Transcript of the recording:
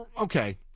Okay